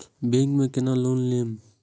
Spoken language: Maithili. बैंक में केना लोन लेम?